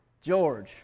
George